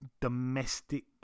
domestic